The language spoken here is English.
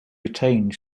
retained